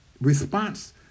response